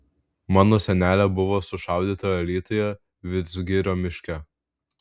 mano senelė buvo sušaudyta alytuje vidzgirio miške